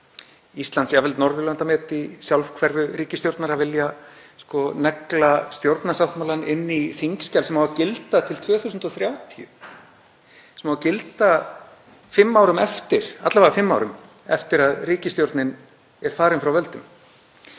Íslandsmet, jafnvel Norðurlandamet í sjálfhverfu ríkisstjórnar, að vilja negla stjórnarsáttmálann inn í þingskjal sem á að gilda til 2030, sem á að gilda alla vega fimm árum eftir að ríkisstjórnin er farin frá völdum.